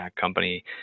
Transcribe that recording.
company